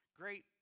great